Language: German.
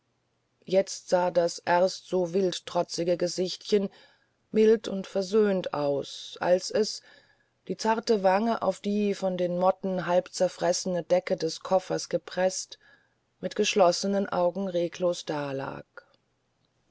jetzt sah das erst so wildtrotzige gesichtchen mild und versöhnt aus als es die zarte wange auf die von den motten halbzerfressene decke des koffers gepreßt mit geschlossenen augen regungslos dalag